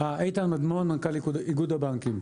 איתן מדמון, מנכ"ל איגוד הבנקים.